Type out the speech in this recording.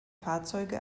fahrzeuge